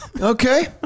Okay